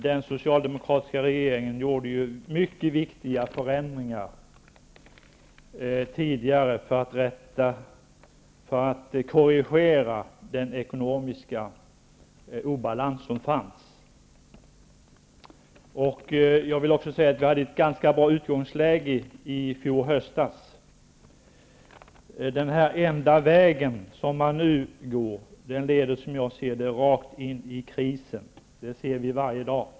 Den socialdemokratiska regeringen gjorde mycket viktiga förändringar tidigare för att korrigera den ekonomiska obalans som fanns. Jag vill också säga att vi hade ett ganska bra utgångsläge i fjol höstas. Den enda vägen, som man nu går, leder rakt in i krisen. Det ser vi varje dag.